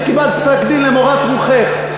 כשקיבלת פסק-דין למורת רוחך,